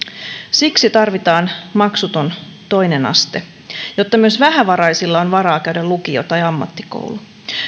siksi tarvitaan maksuton toinen aste jotta myös vähävaraisilla on varaa käydä lukio tai ammattikoulu